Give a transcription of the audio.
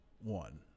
One